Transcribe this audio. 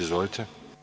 Izvolite.